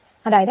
അതായത് 77